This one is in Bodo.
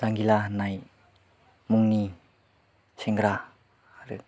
जांगिला होन्नाय मुंनि सेंग्रा आरो